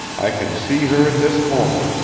i can see her at this moment,